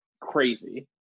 Crazy